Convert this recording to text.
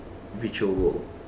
virtual world